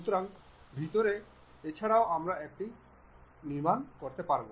সুতরাং ভিতরে এছাড়াও আমরা এটি নির্মাণ করতে পারবো